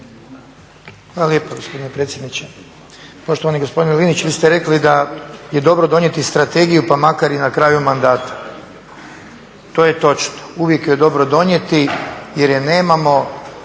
Hvala lijepa gospodine predsjedniče. Poštovani gospodine Linić, vi ste rekli da je dobro donijeti strategiju pa makar i na kraju mandata. To je točno, uvijek ju je dobro donijeti jer je nemamo,